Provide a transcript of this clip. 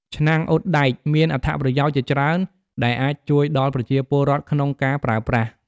ឆ្នាំងអ៊ុតដែក មានអត្ថប្រយោជន៍ជាច្រើនដែលអាចជួយដល់ប្រជាពលរដ្ឋក្នុងការប្រើប្រាស់។